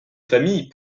famille